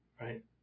right